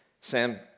Sam